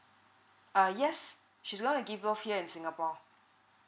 err yes she's gonna give birth here in singapore